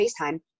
FaceTime